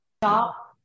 Stop